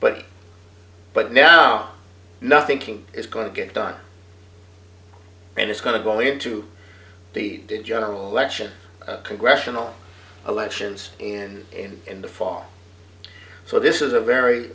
but but now nothing is going to get done and it's going to go into the to general election congressional elections in in in the fall so this is a very